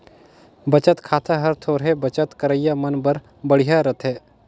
बचत खाता हर थोरहें बचत करइया मन बर बड़िहा रथे